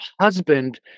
husband